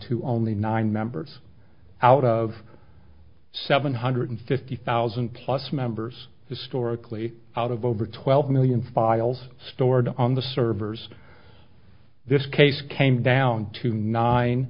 to only nine members out of seven hundred fifty thousand plus members historically out of over twelve million files stored on the servers this case came down to nine